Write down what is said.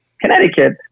Connecticut